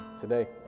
today